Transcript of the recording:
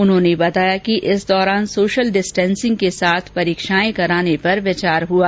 उन्होंने बताया कि इस दौरान सोशल डिस्टेंसिंग के साथ परीक्षाएं कराने पर विचार हुआ